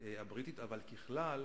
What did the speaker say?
קודם כול,